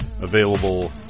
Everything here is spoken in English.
available